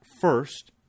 first